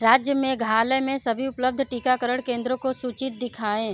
राज्य मेघालय में सभी उपलब्ध टीकाकरण केंद्रों को सूची दिखाएँ